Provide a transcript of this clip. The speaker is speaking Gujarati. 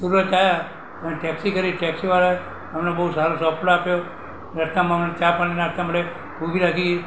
સુરત આવ્યા ત્યાં ટેક્સી કરી ટેક્સી વાળાએ અમને બહુ સારો સપોટ આપ્યો રસ્તામાં અમને ચા પાણી નાસ્તા માટે ઊભી રાખી